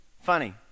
funny